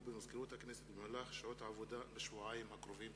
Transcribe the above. במזכירות הכנסת במהלך שעות העבודה בשבועיים הקרובים.